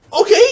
okay